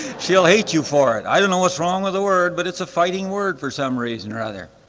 she'll hate you for it. i don't know what's wrong with the word, but it's a fighting word for some reason or other.